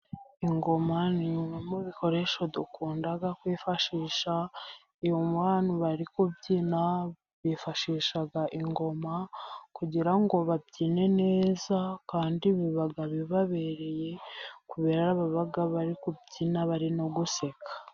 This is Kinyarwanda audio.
Ingoma ni imwe mu bikoresho dukunda kwifashisha, iyo abantu bari kubyina bifashisha ingoma kugira ngo babyine neza, kandi biba bibabereye kubera baba bari kubyina bari no guseka.